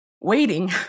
waiting